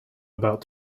about